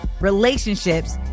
relationships